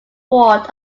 ward